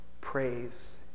praise